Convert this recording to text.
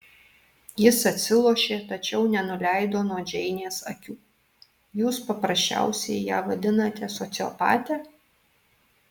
jis atsilošė tačiau nenuleido nuo džeinės akių jūs paprasčiausiai ją vadinate sociopate